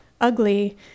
ugly